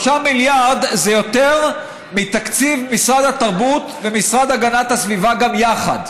3 מיליארד זה יותר מתקציב משרד התרבות והמשרד להגנת הסביבה גם יחד.